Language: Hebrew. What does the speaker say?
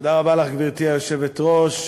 חבר הכנסת יואל חסון,